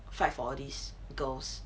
fight for all these girls